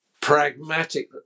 pragmatic